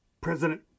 President